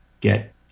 get